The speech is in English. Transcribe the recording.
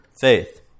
faith